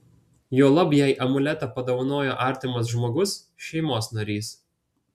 juolab jei amuletą padovanojo artimas žmogus šeimos narys